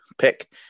pick